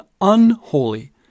unholy